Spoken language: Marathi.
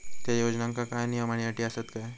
त्या योजनांका काय नियम आणि अटी आसत काय?